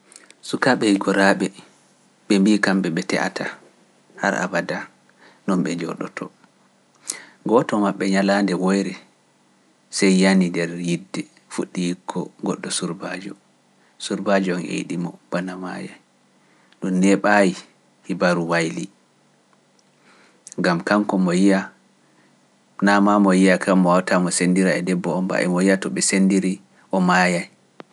Suka ɓe goraa ɓe, ɓe mbi’i kamɓe ɓe te'ata, hara abada, non ɓe jooɗoto. Gooto maɓɓe ñalaande woyre sey yani nder yidde fuɗɗiiko goɗɗo surbajo, surbajo on e yiɗimo bana maaya, ɗum neɓaahi hibaru wayli, gam kanko mo yi’a, naama mo yi’a kam mo wawata mo sendira e debbo o, mba’i mo yi’a to ɓe sendiri o maaya.